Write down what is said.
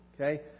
Okay